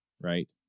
right